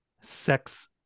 sex